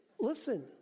Listen